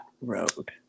road